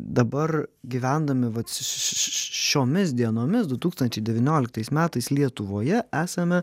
dabar gyvendami vat šiomis dienomis du tūkstančiai devynioliktais metais lietuvoje esame